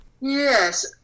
Yes